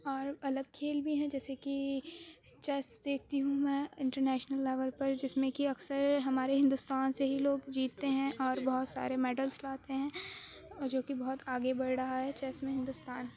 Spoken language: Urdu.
اور الگ کھیل بھی ہیں جیسے کہ چیس دیکھتی ہوں میں انٹرنیشنل لیول پر جس میں کہ اکثر ہمارے ہندوستان سے ہی لوگ جیتتے ہیں اور بہت سارے میڈلس لاتے ہیں جو کہ بہت آگے بڑھ رہا ہے چیس میں ہندوستان